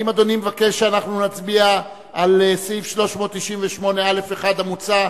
האם אדוני מבקש שאנחנו נצביע על "בסעיף 398(א1) המוצע,